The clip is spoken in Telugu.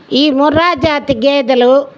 ఈ ముర్రాజాతి గేదెలు